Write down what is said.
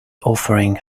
offering